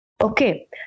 Okay